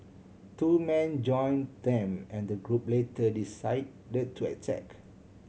two men join them and the group later decide the to attack